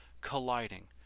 colliding